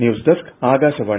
news desk Akashvani